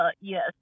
yes